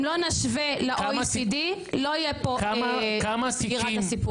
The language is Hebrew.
אם לא נשווה ל-OECD, לא יהיה פה סגירת הסיפור.